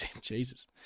Jesus